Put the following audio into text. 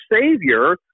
savior